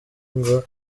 ngo